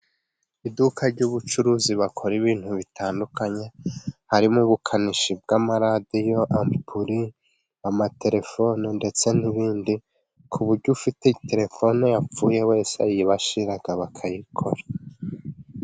Iduka ry'ubucuruzi bakora ibintu bitandukanye harimo: ubukanishi bw'amaradiyo, amampuri ,amatelefoni ndetse n'ibindi ku buryo ufite telefone yapfuye wese ayibashira bakayikora.